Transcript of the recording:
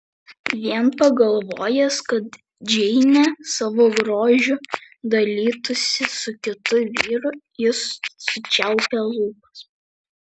vien pagalvojęs kad džeinė savo grožiu dalytųsi su kitu vyru jis sučiaupė lūpas